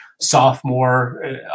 sophomore